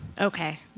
Okay